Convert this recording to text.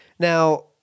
Now